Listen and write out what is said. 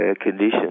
conditions